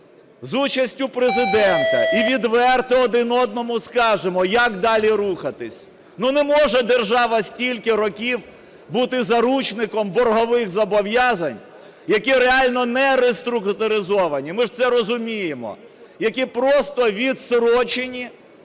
з участю Президента і відверто один одному скажемо, як далі рухатися. Ну, не може держава стільки років бути заручником боргових зобов'язань, які реально нереструктуризовані, ми ж це розуміємо, які просто відстрочені